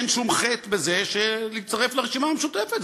אין שום חטא בזה, בלהצטרף לרשימה המשותפת.